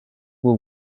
will